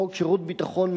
חוק שירות ביטחון ,